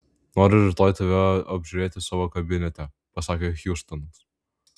noriu rytoj tave apžiūrėti savo kabinete pasakė hjustonas